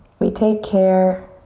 we take care